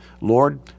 Lord